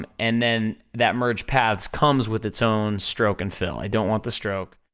um and then that merge paths comes with its own stroke and fill, i don't want the stroke,